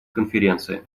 конференции